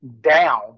down